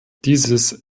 dieses